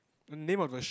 the name of the shop